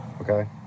okay